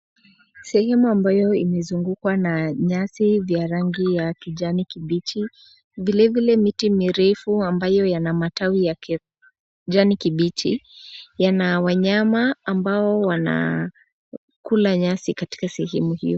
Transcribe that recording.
Sehemu ambayo imezungungwa na nyasi vya rangi ya kijani kibichi vile vile miti mirefu ambayo yana matawi ya kijani kibichi, yana wanyama ambao wanakula nyasi katika sehemu hio.